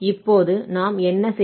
இப்போது நாம் என்ன செய்கிறோம்